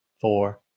four